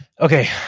okay